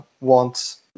wants